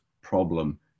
problem